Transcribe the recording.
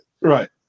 Right